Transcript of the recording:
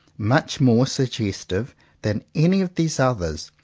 much more suggestive than any of these others,